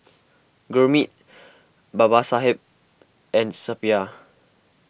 Gurmeet Babasaheb and Suppiah